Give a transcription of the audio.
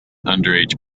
underage